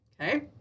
okay